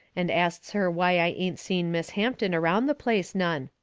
and asts her why i ain't seen miss hampton around the place none.